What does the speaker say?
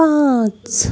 پانٛژھ